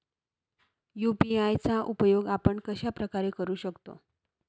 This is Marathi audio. यू.पी.आय चा उपयोग आपण कशाप्रकारे करु शकतो?